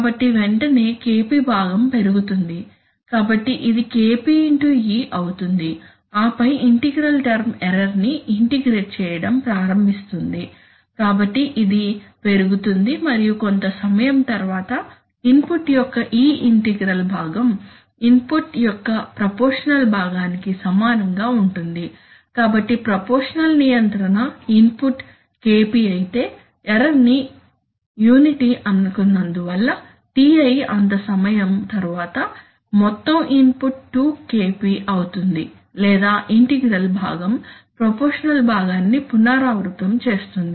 కాబట్టి వెంటనే Kp భాగం పెరుగుతుంది కాబట్టి ఇది Kp X e అవుతుంది ఆపై ఇంటిగ్రల్ టర్మ్ ఎర్రర్ ని ఇంటిగ్రేట్ చేయడం ప్రారంభిస్తుంది కాబట్టి ఇది పెరుగుతుంది మరియు కొంత సమయం తరువాత ఇన్పుట్ యొక్క ఈ ఇంటిగ్రల్ భాగం ఇన్పుట్ యొక్క ప్రపోర్షషనల్ భాగానికి సమానంగా ఉంటుంది కాబట్టి ప్రపోర్షషనల్ నియంత్రణ ఇన్పుట్ Kp అయితే ఎర్రర్ ని యూనిటీ అనుకున్నందు వల్ల Ti అంత సమయం తరువాత మొత్తం ఇన్పుట్ 2 Kp అవుతుంది లేదా ఇంటిగ్రల్ భాగం ప్రపోష్షనల్ భాగాన్ని పునరావృతం చేస్తుంది